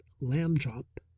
lamb-chop